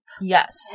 yes